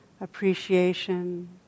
appreciation